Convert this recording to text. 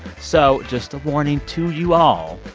so just a warning to you all,